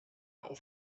auf